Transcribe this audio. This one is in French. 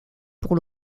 pour